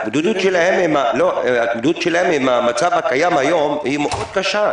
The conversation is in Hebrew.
ההתמודדות שלהם עם המצב הקיים היום היא מאוד קשה.